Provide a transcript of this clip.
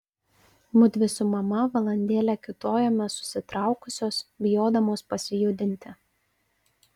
mudvi su mama valandėlę kiūtojome susitraukusios bijodamos pasijudinti